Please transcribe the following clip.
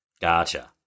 gotcha